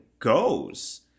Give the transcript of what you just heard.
goes